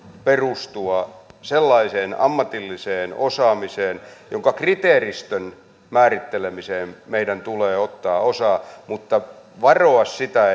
perustua sellaiseen ammatilliseen osaamiseen että sen kriteeristön määrittelemiseen meidän tulee ottaa osaa mutta varoa sitä